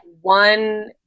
one